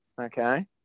okay